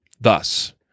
thus